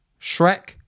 Shrek